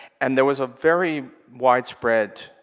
and there was a very widespread,